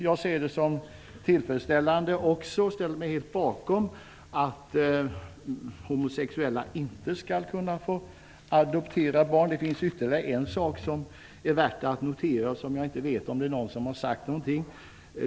Jag ser det som tillfredsställande och ställer mig helt bakom förslaget att homosexuella inte skall få adoptera barn. Det finns ytterligare en sak som är värd att notera och som jag inte vet om någon har sagt något om.